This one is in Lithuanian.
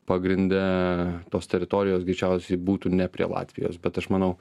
pagrinde tos teritorijos greičiausiai būtų ne prie latvijos bet aš manau